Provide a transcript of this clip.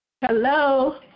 Hello